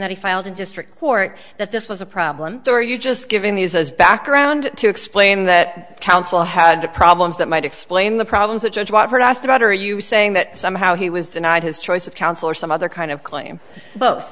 that he filed in district court that this was a problem or you're just giving these as background to explain that counsel had problems that might explain the problems that judge wapner asked about are you saying that somehow he was denied his choice of counsel or some other kind of claim both